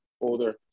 older